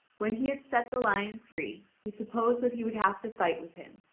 when he had set the lion free, he supposed that he would have to fight with him,